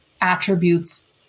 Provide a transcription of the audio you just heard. attributes